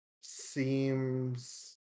seems